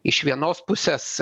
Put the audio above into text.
iš vienos pusės